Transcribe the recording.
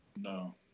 No